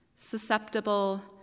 susceptible